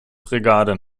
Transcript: brigade